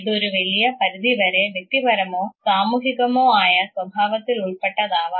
ഇത് ഒരു വലിയ പരിധി വരെ വ്യക്തിപരമോ സാമൂഹികമോ ആയ സ്വഭാവത്തിൽ ഉൾപ്പെട്ടതാവാം